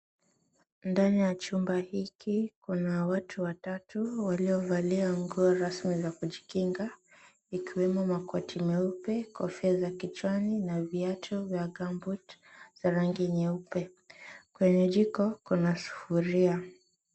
Ndani ya chumba hiki, kuna watu watatu walivalia nguo rasmi ya kujikinga, ikiwemo makoti meupe, kofia kichwani na viatu vya gamboot ya rangi nyeupe . Kwenye jiko kuna sufuria.